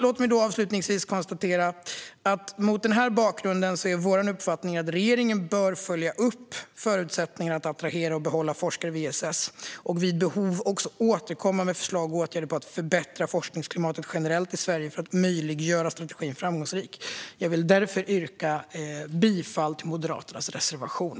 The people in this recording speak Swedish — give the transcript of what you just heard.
Mot den här bakgrunden kan jag avslutningsvis konstatera att vår uppfattning är att regeringen bör följa upp förutsättningarna att attrahera och behålla forskare vid ESS, samt vid behov återkomma med förslag på åtgärder för att förbättra forskningsklimatet generellt i Sverige. Det handlar om att göra det möjligt för strategin att bli framgångsrik. Jag yrkar bifall till Moderaternas reservation.